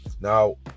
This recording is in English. now